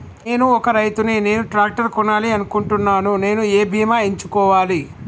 నేను ఒక రైతు ని నేను ట్రాక్టర్ కొనాలి అనుకుంటున్నాను నేను ఏ బీమా ఎంచుకోవాలి?